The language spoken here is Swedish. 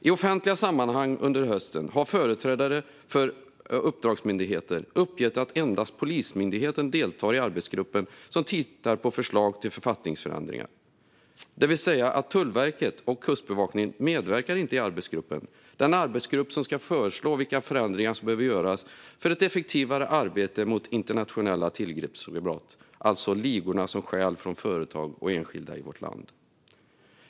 I offentliga sammanhang under hösten har företrädare för uppdragsmyndigheter uppgett att endast Polismyndigheten deltar i den arbetsgrupp som tittar på förslag till författningsändringar. Tullverket och Kustbevakningen medverkar alltså inte i den arbetsgrupp som ska komma med förslag på förändringar som behöver göras för att det ska bli ett effektivare arbete mot internationella tillgreppsbrott - det gäller alltså ligor som stjäl från företag och enskilda i vårt land.